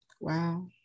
wow